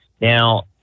now